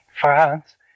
France